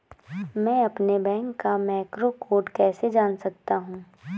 मैं अपने बैंक का मैक्रो कोड कैसे जान सकता हूँ?